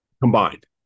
Combined